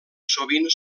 sovint